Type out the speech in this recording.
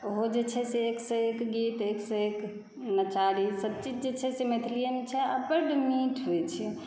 ओहो जे छै से एकसँ एक गीत एकसँ एक नचारीसभ चीज जे छै से मैथिलीएमऽ छै आ बड्ड मीठ होयत छै